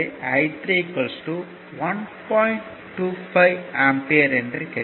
25 ampere என கிடைக்கும்